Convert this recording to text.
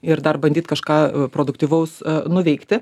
ir dar bandyt kažką produktyvaus nuveikti